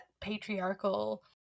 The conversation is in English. patriarchal